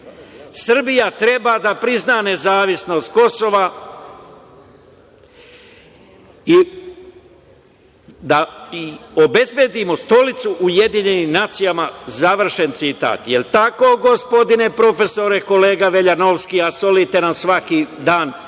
„Srbija treba da prizna nezavisnost Kosova i da obezbedimo stolicu u UN“, završen citat. Da li je tako, gospodine profesore, kolega Veljanovski, a solite nam svaki dan